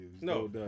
No